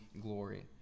glory